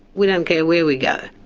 we don't care where we go,